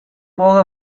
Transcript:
போக